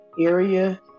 area